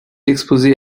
exposé